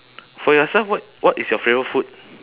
for yourself what what is your favourite food